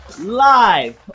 live